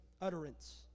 utterance